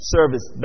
Service